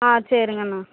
ஆ சரிங்கண்ணா